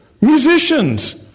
Musicians